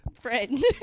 friend